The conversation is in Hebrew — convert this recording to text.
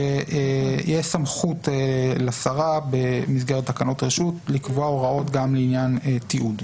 שיש סמכות לשרה במסגרת תקנות רשות לקבוע הוראות גם לעניין תיעוד.